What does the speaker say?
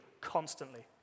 constantly